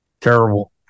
terrible